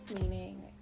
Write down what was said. meaning